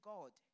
God